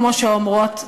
כמו שאומרות,